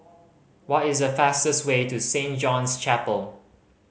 what is the fastest way to Saint John's Chapel